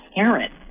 parent